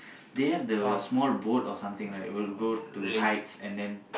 they have the small boat or something like will go to heights and then